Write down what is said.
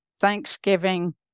Thanksgiving